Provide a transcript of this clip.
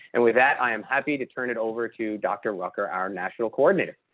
and with that, i am happy to turn it over to dr. walker our national coordinator,